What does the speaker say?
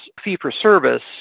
fee-for-service